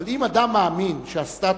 אבל אם אדם מאמין שהסטטוס,